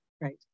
Right